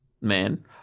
man